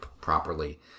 properly